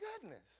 goodness